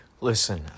Listen